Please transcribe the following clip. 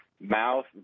mouth